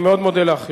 אני מאוד מודה לך,